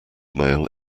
mail